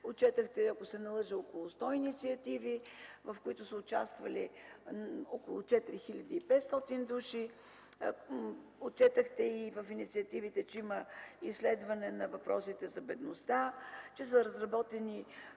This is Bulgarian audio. отчетохте около 100 инициативи, в които са участвали около 4 хил. 500 души. Отчетохте, че в инициативите има изследване на въпросите за бедността, че са разработени